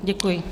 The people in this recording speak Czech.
Děkuji.